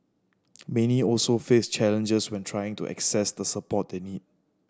many also face challenges when trying to access the support they need